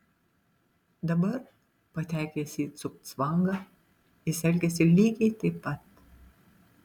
dabar patekęs į cugcvangą jis elgiasi lygiai taip pat